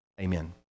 Amen